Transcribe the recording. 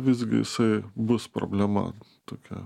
visgi jisai bus problema tokia